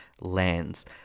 lands